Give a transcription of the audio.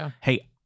hey